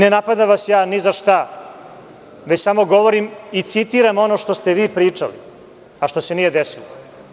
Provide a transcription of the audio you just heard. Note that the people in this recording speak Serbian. Ne napadam vas ja ni za šta, već samo govorim i citiram ono što ste vi pričali, a što se nije desilo.